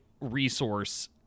resource